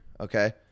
okay